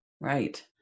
Right